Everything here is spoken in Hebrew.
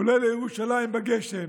עולה לירושלים בגשם,